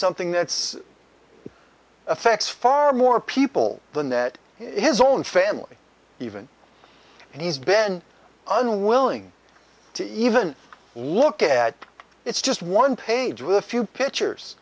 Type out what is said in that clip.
something that's affects far more people than that his own family even and he's been unwilling to even look at it's just one page with a few pictures